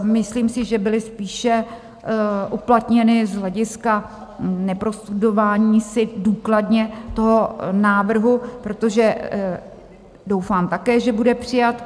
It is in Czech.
Myslím si, že byly spíše uplatněny z hlediska neprostudování si důkladně toho návrhu, protože doufám také, že bude přijat.